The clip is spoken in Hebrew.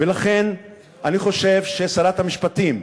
ולכן אני חושב ששרת המשפטים,